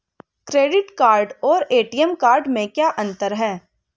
Credit card और ATM card में क्या अंतर है?